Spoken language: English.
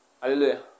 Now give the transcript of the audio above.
Hallelujah